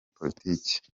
politike